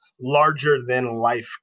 larger-than-life